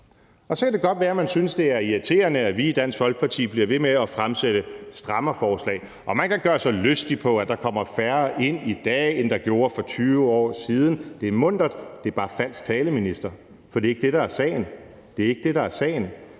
Og så kan det godt være, man synes, at det er irriterende, at vi i Dansk Folkeparti bliver ved med at fremsætte strammerforslag, og man kan gøre sig lystig over, at der kommer færre ind i dag, end der gjorde for 20 år siden – det er muntert, men det er bare falsk tale, minister, for det er ikke det, der er sagen. Spørgsmålet er, hvordan